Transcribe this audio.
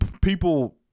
people